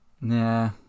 Nah